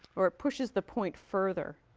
or it pushes the point further.